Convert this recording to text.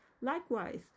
Likewise